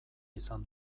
izan